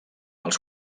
els